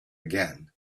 again